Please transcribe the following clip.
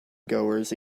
goers